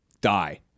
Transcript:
Die